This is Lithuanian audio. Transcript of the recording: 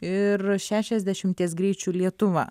ir šešiasdešimties greičių lietuva